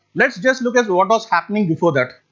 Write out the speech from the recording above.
let's just look at what was happening before that.